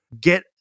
Get